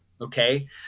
okay